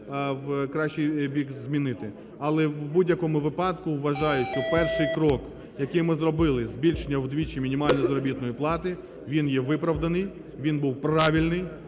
в кращий бік змінити. Але, в будь-якому випадку вважаю, що перший крок, який ми зробили – збільшення вдвічі мінімальної заробітної плати – він є виправданий, він був правильний.